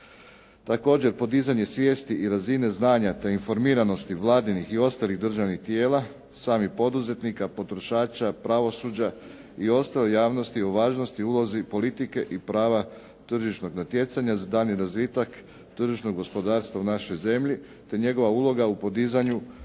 Također podizanje svijesti i razine znanja te informiranosti vladinih i ostalih državnih tijela, samih poduzetnika, potrošača, pravosuđa i ostale javnosti u važnosti i ulozi politike i prava tržišnog natjecanja za daljnji razvitak tržišnog gospodarstva u našoj zemlji te njegova uloga u podizanju